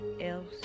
else